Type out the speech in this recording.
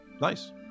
nice